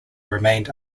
remained